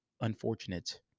unfortunate